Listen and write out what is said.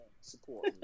Support